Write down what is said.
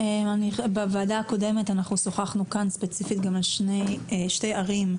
בישיבה הקודמת שוחחנו כאן ספציפית על שתי ערים,